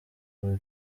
urwo